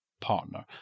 partner